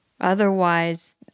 Otherwise